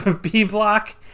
B-Block